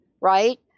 right